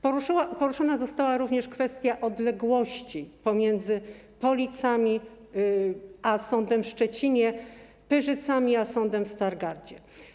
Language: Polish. Poruszona została również kwestia odległości pomiędzy Policami a sądem w Szczecinie i Pyrzycami a sądem w Stargardzie.